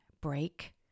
break